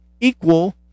equal